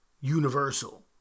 Universal